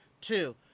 two